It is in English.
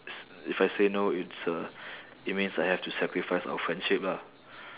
s~ if I say no it's a it means I have to sacrifice our friendship lah